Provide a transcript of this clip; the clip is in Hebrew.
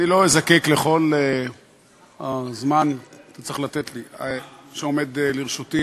אני לא אזדקק לכל הזמן שעומד לרשותי.